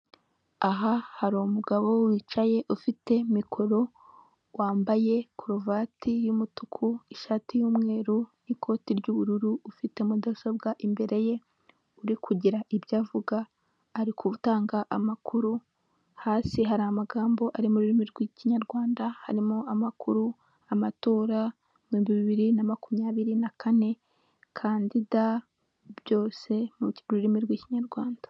Aha hari umugabo wicaye ufite mikoro wambaye karuvati y'umutuku ishati y'umweru n'ikoti ry'ubururu ufite mudasobwa imbere ye uri kugira ibyo avuga arigutanga amakuru, hasi hari amagambo ari mu rurimi rw'ikinyarwanda harimo amakuru amatora ibihumbi bibiri na makumyabiri na kane kandidida byose mu rurimi rw'ikinyarwanda.